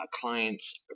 clients